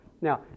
Now